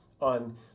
on